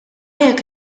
jekk